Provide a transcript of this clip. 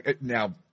now